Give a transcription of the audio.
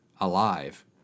alive